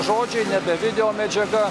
žodžiai nebe videomedžiaga